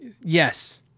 Yes